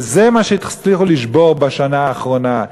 וזה מה שהצליחו לשבור בשנה האחרונה.